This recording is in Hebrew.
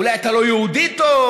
אולי אתה לא יהודי טוב,